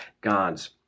God's